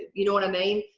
you know what i mean?